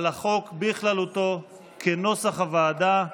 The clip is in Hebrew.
על החוק בכללותו, כנוסח הוועדה,